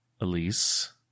Elise